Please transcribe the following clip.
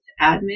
admin